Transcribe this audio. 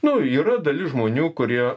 nu yra dalis žmonių kurie